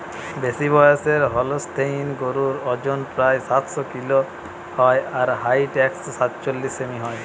বেশিবয়সের Holstein গরুর অজন প্রায় সাতশ কিলো হয় আর হাইট একশ সাতচল্লিশ সেমি হয়